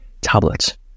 tablets